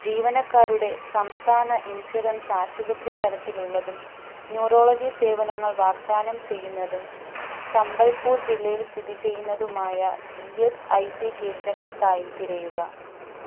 ജീവനക്കാരുടെ സംസ്ഥാന ഇൻഷുറൻസ് ആശുപത്രി തരത്തിലുള്ളതും ന്യൂറോളജി സേവനങ്ങൾ വാഗ്ദാനം ചെയ്യുന്നതും സംബൽപൂർ ജില്ലയിൽ സ്ഥിതി ചെയ്യുന്നതുമായ ഇ എസ് ഐ സി കേന്ദ്രങ്ങൾക്കായി തിരയുക